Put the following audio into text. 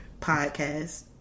podcast